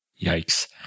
Yikes